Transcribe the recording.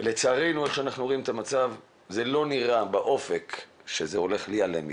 כפי שאנחנו רואים את המצב לא נראה שזה הולך להיעלם מאתנו,